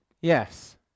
Yes